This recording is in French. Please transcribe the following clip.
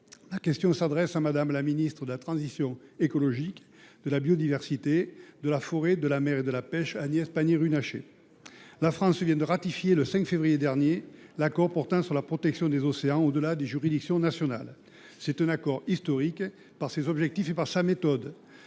ma question s’adresse à Mme la ministre de la transition écologique, de la biodiversité, de la forêt, de la mer et de la pêche, Agnès Pannier Runacher. La France vient de ratifier, le 5 février dernier, l’accord portant sur la protection des océans au delà des juridictions nationales. C’est un accord historique par ses objectifs et par sa méthode.